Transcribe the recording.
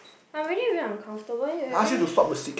I'm already very uncomfortable then you like very